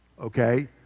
okay